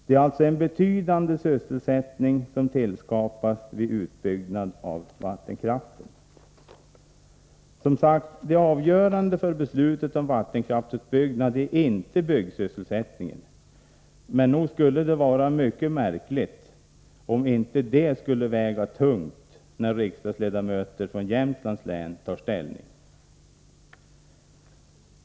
Det är alltså en betydande sysselsättning som tillskapas vid utbyggnad av vattenkraften. Som sagt, det avgörande för beslutet om vattenkraftsutbyggnad är inte byggsysselsättningen, men nog skulle det vara mycket märkligt om det inte skulle väga tungt när riksdagsledamöter från Jämtlands län tar ställning.